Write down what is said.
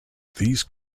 these